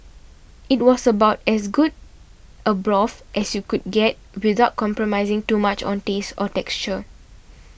it was about as good a broth as you could get without compromising too much on taste or texture